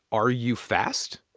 are you fast?